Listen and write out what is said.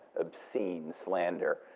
obscene slander,